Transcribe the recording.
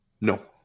No